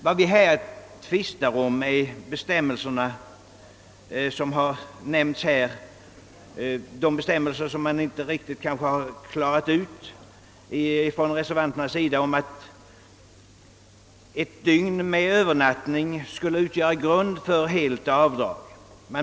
Vad vi här tvistar om är de bestämmelser enligt vilka ett dygn med övernattning skall utgöra grund för helt avdrag.